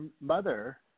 mother